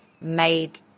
made